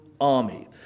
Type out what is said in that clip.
army